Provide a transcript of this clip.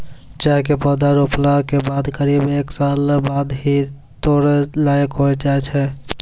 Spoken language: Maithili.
चाय के पौधा रोपला के बाद करीब एक साल बाद ही है तोड़ै लायक होय जाय छै